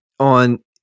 on